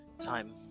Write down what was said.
time